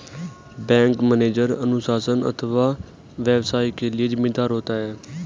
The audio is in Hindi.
बैंक मैनेजर अनुशासन अथवा व्यवसाय के लिए जिम्मेदार होता है